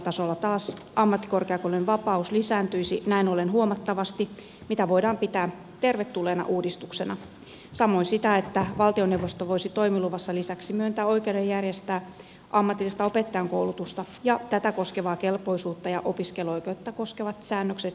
koulutusohjelmatasolla taas ammattikorkeakoulujen vapaus lisääntyisi näin ollen huomattavasti mitä voidaan pitää tervetulleena uudistuksena samoin sitä että valtioneuvosto voisi toimiluvassa lisäksi myöntää oikeuden järjestää ammatillista opettajankoulutusta ja tätä koskevaa kelpoisuutta ja opiskeluoikeutta koskevat säännökset siirtyisivät näin ollen ammattikorkeakoululakiin